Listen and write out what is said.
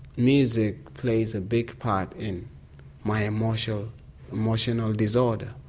music plays a big part in my emotional emotional disorder.